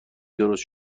درست